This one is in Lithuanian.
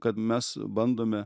kad mes bandome